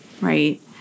right